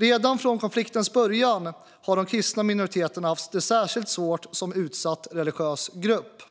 Redan från konfliktens början har de kristna minoriteterna haft det särskilt svårt som utsatt religiös grupp